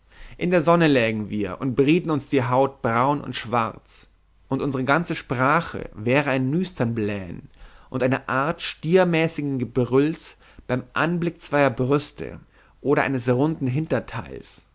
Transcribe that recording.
in der sonne lägen wir und brieten uns die haut braun und schwarz und unsere ganze sprache wäre ein nüstern blähen und eine art stiermäßigen gebrülls beim anblick zweier brüste oder eines runden hinterteils